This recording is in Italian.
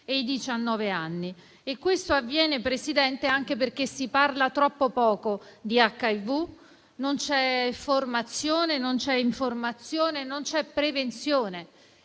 anni. Questo avviene, Presidente, anche perché si parla troppo poco di HIV: non c'è formazione, non c'è informazione, non c'è prevenzione.